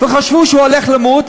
חשבו שהוא הולך למות,